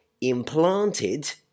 implanted